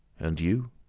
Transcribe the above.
and you?